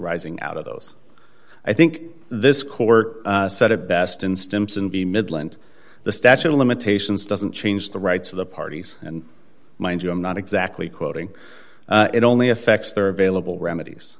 ising out of those i think this court said it best in stimson be midland the statute of limitations doesn't change the rights of the parties and mind you i'm not exactly quoting it only affects their available remedies